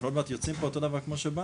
אנחנו עוד מעט יוצאים פה אותו דבר כמו שבאנו,